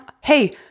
hey